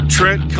Trent